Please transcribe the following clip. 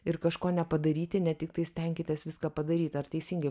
ir kažko nepadaryti ne tiktai stenkitės viską padaryt ar teisingai